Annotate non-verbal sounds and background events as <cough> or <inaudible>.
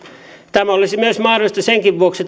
tämä olisi myös mahdollista senkin vuoksi <unintelligible>